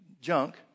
junk